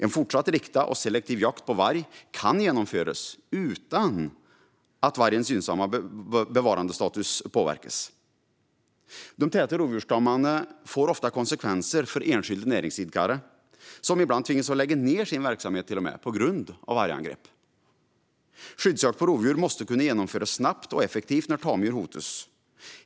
En fortsatt riktad och selektiv jakt på varg kan genomföras utan att vargens gynnsamma bevarandestatus påverkas. De täta rovdjursstammarna får ofta konsekvenser för enskilda näringsidkare, som ibland till och med tvingas lägga ned sin verksamhet på grund av vargangrepp. Skyddsjakt på rovdjur måste kunna genomföras snabbt och effektivt när tamdjur hotas.